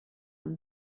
amb